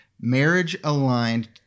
marriage-aligned